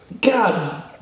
God